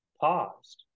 paused